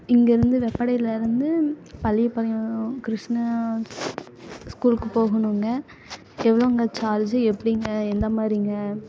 இங்கேருந்து வெப்படையிலேருந்து பள்ளிபாளையம் கிருஷ்ணா ஸ்கூலுக்கு போகணுங்க எவ்வளோங்க சார்ஜ் எப்படிங்க எந்தமாதிரிங்க